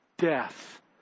death